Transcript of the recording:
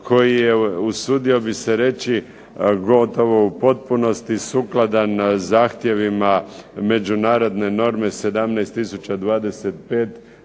koji je, usudio bih se reći, gotovo u potpunosti sukladan zahtjevima međunarodne norme 17025